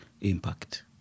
impact